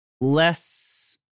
less